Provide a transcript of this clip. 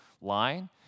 line